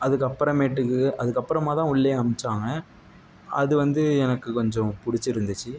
அதுக்கப்புறமேட்டுக்கு அதுக்கப்புறமாக தான் உள்ளேயே அமிச்சாங்க அது வந்து எனக்கு கொஞ்சம் பிடிச்சிருந்துச்சி